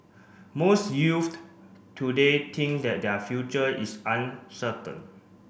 most youth today think that their future is uncertain